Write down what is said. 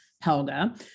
helga